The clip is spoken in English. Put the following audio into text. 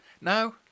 now